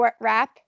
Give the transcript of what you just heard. wrap